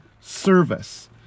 service